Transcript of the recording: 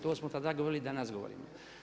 To smo tada govorili i danas govorimo.